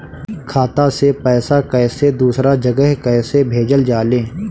खाता से पैसा कैसे दूसरा जगह कैसे भेजल जा ले?